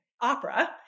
opera